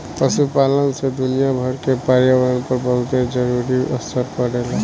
पशुपालन से दुनियाभर के पर्यावरण पर बहुते जरूरी असर पड़ेला